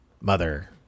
mother